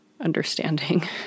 understanding